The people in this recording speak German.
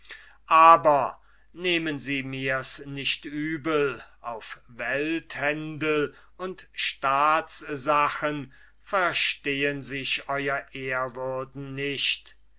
aber nehmen sie mir nicht übel auf welthändel und staatssachen verstehen sich ew ehrwürden nicht